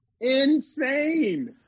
insane